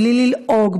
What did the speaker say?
בלי ללעוג,